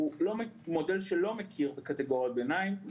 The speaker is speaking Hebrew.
הוא מודל שלא מכיר בקטגוריות ביניים.